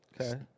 Okay